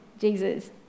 Jesus